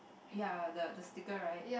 ya the the stickers right